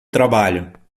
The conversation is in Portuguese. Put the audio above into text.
trabalho